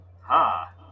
Ha